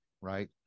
right